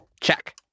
Check